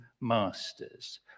masters